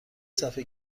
صفحه